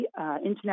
international